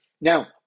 Now